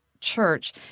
church